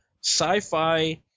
sci-fi –